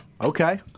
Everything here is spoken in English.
Okay